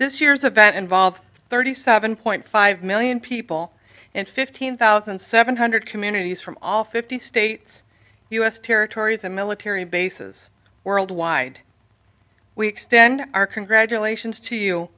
this year's event involved thirty seven point five million people in fifteen thousand seven hundred communities from all fifty states u s territories and military bases worldwide we extend our congratulations to you